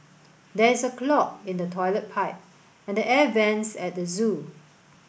there is a clog in the toilet pipe and the air vents at the zoo